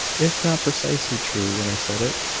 if not precisely true when i said it,